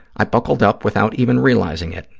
i buckled up without even realizing it.